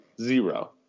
zero